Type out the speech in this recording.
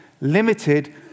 limited